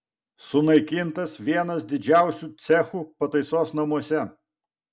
sunaikintas vienas didžiausių cechų pataisos namuose